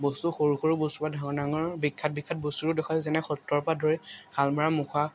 বস্তু সৰু সৰু বস্তুৰ পৰা ডাঙৰ ডাঙৰ বিখ্যাত বিখ্যাত বস্তুও দেখুৱায় যেনে সত্ৰৰ পৰা ধৰি শালমৰাৰ মুখা